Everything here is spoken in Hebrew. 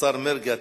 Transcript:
השר מרגי,